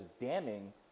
damning